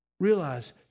Realize